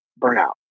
burnout